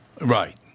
Right